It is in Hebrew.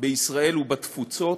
בישראל ובתפוצות,